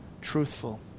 truthful